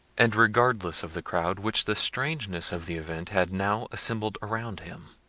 and regardless of the crowd which the strangeness of the event had now assembled around him.